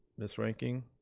miss reinking?